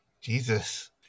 Jesus